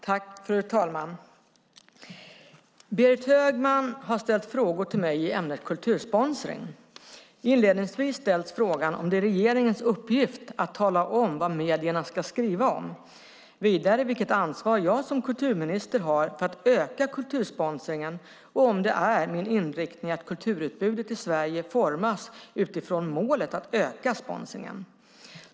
Fru talman! Berit Högman har ställt frågor till mig i ämnet kultursponsring. Inledningsvis ställs frågan om det är regeringens uppgift att tala om vad medierna ska skriva om. Vidare frågas det vilket ansvar jag som kulturminister har för att öka kultursponsringen och om det är min inriktning att kulturutbudet i Sverige formas utifrån målet att öka sponsringen.